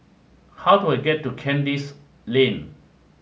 how do I get to Kandis Lane